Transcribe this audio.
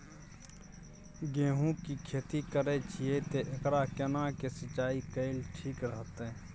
गेहूं की खेती करे छिये ते एकरा केना के सिंचाई कैल ठीक रहते?